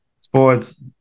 sports